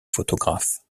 photographe